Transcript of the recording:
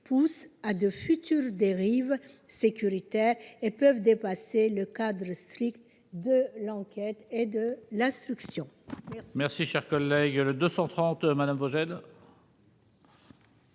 pousse à de futures dérives sécuritaires dépassant le cadre strict de l'enquête et de l'instruction.